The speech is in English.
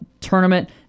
tournament